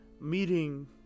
meeting